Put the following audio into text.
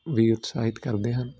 ਵੀ ਉਸਾਹਿਤ ਕਰਦੇ ਹਨ